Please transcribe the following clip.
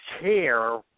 care